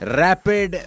rapid